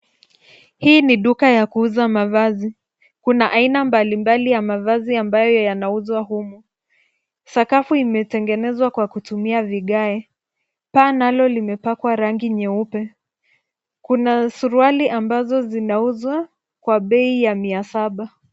Hii ni duka ya kuuza mavazi. Kuna aina mbalimbali ya mavazi ambayo yanauzwa humu. Sakafu imetengenezwa kwa kutumia vigae paa nalo limepakwa rangi nyeupe. Kuna suruali ambazo zinauzwa kwa bei ya mia saba.